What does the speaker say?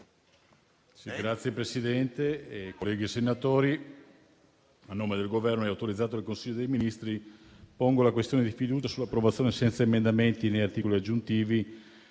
Signor Presidente, onorevoli senatori, a nome del Governo, autorizzato dal Consiglio dei ministri, pongo la questione di fiducia sull'approvazione, senza emendamenti né articoli aggiuntivi,